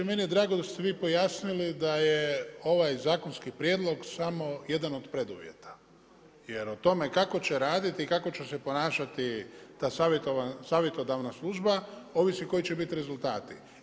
Meni je drago da ste vi pojasnili da je ovaj zakonski prijedlog samo jedan od preduvjeta jer o tome kako će raditi i kako će se ponašati ta savjetodavna služba ovisi koji će biti rezultati.